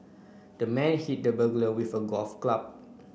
the man hit the burglar with a golf club